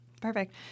Perfect